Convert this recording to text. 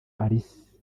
alice